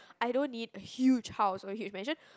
I don't need a huge house or a huge mansion